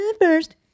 first